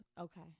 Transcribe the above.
Okay